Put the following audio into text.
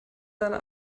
deine